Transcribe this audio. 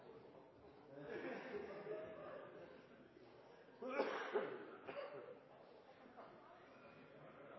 talenter